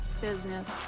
business